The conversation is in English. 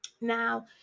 Now